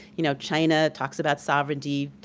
you know china talks about sovereignty,